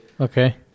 Okay